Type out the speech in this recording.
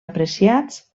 apreciats